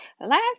Last